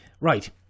right